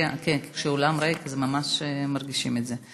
מפריע, כן, כשהאולם ריק ממש מרגישים את זה.